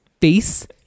face